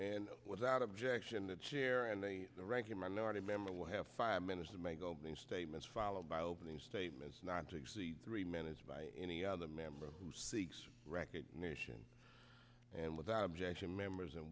and without objection the chair and the ranking minority member will have five minutes to make opening statements followed by opening statements not to exceed three minutes by any other member recognition and without objection members and